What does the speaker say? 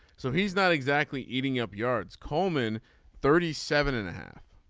so he's not exactly eating up yards coleman thirty seven and a half